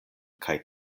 kaj